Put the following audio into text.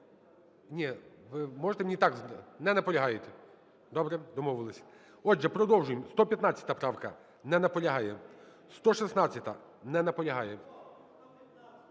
Ні, ви можете мені так… Не наполягаєте? Добре. Домовились. Отже, продовжуємо. 115 правка. Не наполягає. 116-а. Не наполягає.